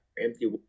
empty